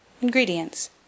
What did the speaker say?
Ingredients